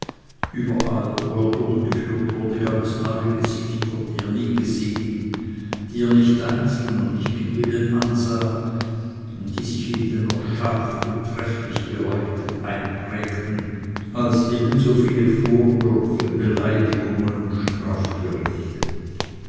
überall wo er durchgeführt wurde gab es neue gesichter die er nie gesehen die er nicht einzeln und nicht mit willen ansah und die sich ihm dennoch scharf und trefflich beleuchtet einprägten als ebenso viele vorwürfe beleidigungen und strafgerichte